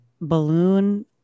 Balloon